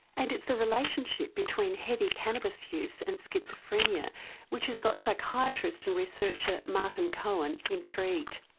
and it's the relationship between heavy cannabis use and schizophrenia which has got psychiatrist and researcher martin cohen intrigued.